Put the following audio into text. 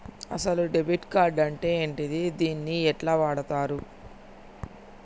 అసలు debit card అంటే ఏంటిది? దీన్ని ఎట్ల వాడుతరు?